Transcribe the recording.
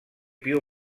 più